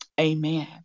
Amen